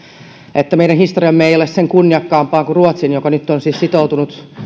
että meidän historiamme ei ole sen kunniakkaampaa kuin ruotsin joka nyt on siis sitoutunut